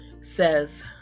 says